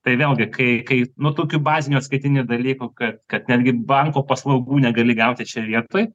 tai vėlgi kai kai nu tokiu baziniu skaitinių dalykų kad netgi banko paslaugų negali gauti čia vietoj